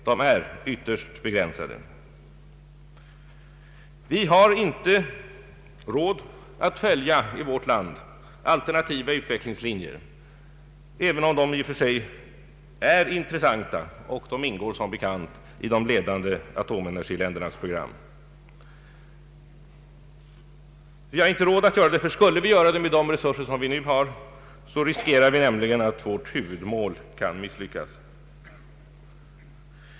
Vi har i vårt land inte råd att följa alternativa utvecklingslinjer, även om de i och för sig är intressanta. Alternativa utvecklingslinjer ingår som bekant i de ledande atomenergiländernas program. Men vi har inte råd till det. Om vi skulle följa olika alternativ med de begränsade resurser som vi har till förfogande, skulle vi riskera att vårt huvudmål misslyckades.